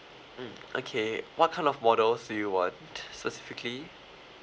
mm okay what kind of models do you want specifically